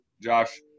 Josh